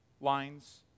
lines